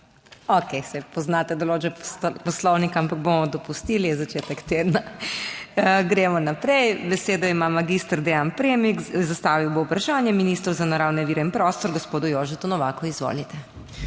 Okej, saj poznate določbe Poslovnika, ampak bomo dopustili, ker je začetek tedna. Gremo naprej. Besedo ima mag. Dean Premik, zastavil bo vprašanje ministru za naravne vire in prostor gospodu Jožetu Novaku. Izvolite.